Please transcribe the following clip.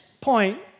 point